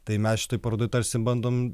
tai mes šitoj parodoj tarsi bandom